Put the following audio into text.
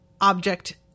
object